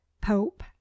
pope